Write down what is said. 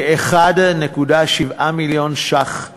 כ-1.7 מיליארד ש"ח לרווחה,